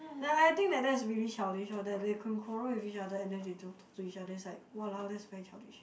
like I think that that is really childish lor that they can quarrel with each other and then they don't talk to each other then is like !walao! that is very childish